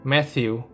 Matthew